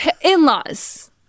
in-laws